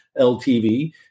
LTV